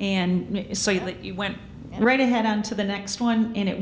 and you went right ahead on to the next one and it